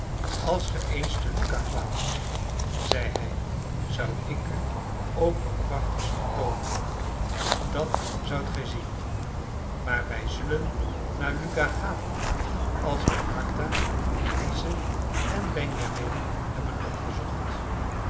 als ge eens te lucca kwaamt zeide hij zou ik u ook wat prachtigs vertoonen dat zoudt gij zien maar wij zullen naar lucca gaan als wij martha lize en benjamin hebben opgezocht